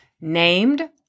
Named